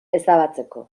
ezabatzeko